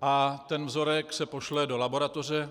a ten vzorek se pošle do laboratoře.